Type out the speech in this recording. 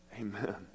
Amen